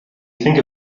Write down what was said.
think